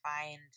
find